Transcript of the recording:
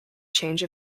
change